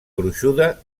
gruixuda